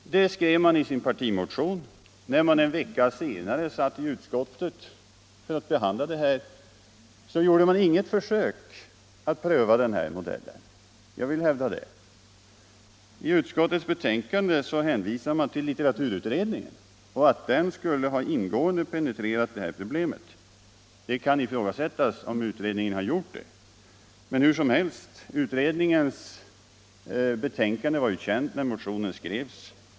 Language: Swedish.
Det skrev man i sin partimotion, men en vecka senare satt man i utskottet för att behandla detta och gjorde inget försök att pröva den linjen. I utskottets betänkande hänvisar man till litteraturutredningen, som ingående skulle ha penetrerat detta problem. Det kan ifrågasättas om utredningen gjort detta. Hur som helst var utredningens betänkande känt när motionen skrevs.